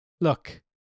look